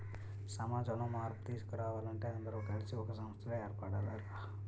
సమాజంలో మార్పు తీసుకురావాలంటే అందరూ కలిసి ఒక సంస్థలా ఏర్పడాలి రా